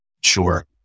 Sure